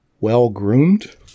well-groomed